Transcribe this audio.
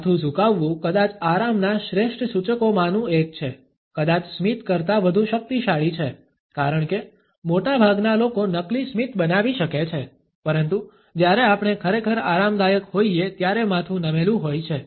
માથું ઝુકાવવું કદાચ આરામના શ્રેષ્ઠ સૂચકોમાંનું એક છે કદાચ સ્મિત કરતાં વધુ શક્તિશાળી છે કારણ કે મોટાભાગના લોકો નકલી સ્મિત બનાવી શકે છે પરંતુ જ્યારે આપણે ખરેખર આરામદાયક હોઈએ ત્યારે માથું નમેલું હોય છે